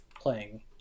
playing